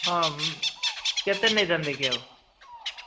ହଁ କେତେ ନେଇଥାନ୍ତେ କି ଆଉ